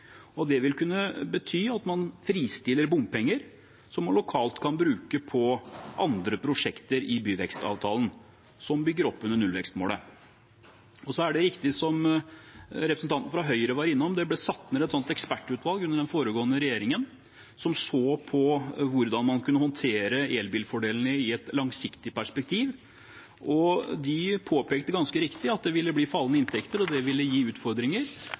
Det vil kunne bety at man fristiller bompenger, som man lokalt kan bruke på andre prosjekter i byvekstavtalen som bygger opp under nullvekstmålet. Så er det riktig, som representanten fra Høyre var innom, at det ble satt ned et ekspertutvalg under den foregående regjeringen som så på hvordan man kunne håndtere elbilfordelene i et langsiktig perspektiv. De påpekte, ganske riktig, at det ville bli fallende inntekter, og at det ville gi utfordringer.